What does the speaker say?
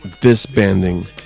disbanding